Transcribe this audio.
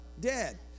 Dead